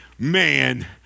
man